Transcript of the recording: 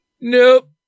Nope